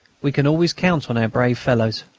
we can always count on our brave fellows.